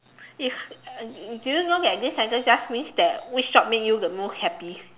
if uh do you know that this sentence just means that which job make you the most happy